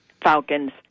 falcons